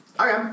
Okay